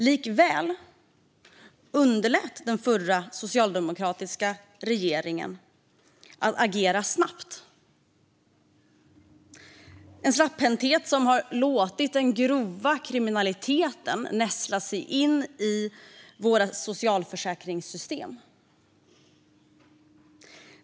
Likväl underlät den förra socialdemokratiska regeringen att agera snabbt. Det är en slapphänthet som har låtit den grova kriminaliteten nästla sig in i våra socialförsäkringssystem.